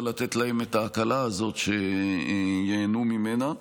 לתת להם את ההקלה הזאת שייהנו ממנה.